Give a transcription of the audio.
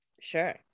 Sure